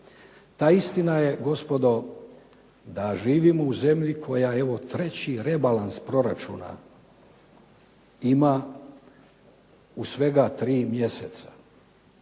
ta istina je gospodo da živimo u zemlji koja evo treći rebalans proračuna ima u svega tri mjeseca,